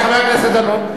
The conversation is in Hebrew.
חבר הכנסת דנון.